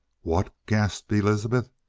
what, gasped elizabeth,